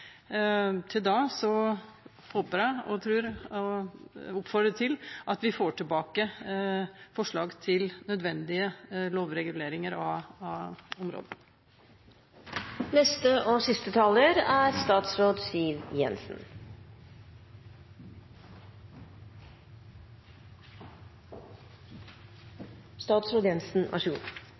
Til da håper og tror jeg – og oppfordrer til – at vi får tilbake forslag til nødvendige lovreguleringer av området.